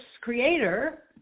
creator